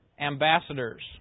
ambassadors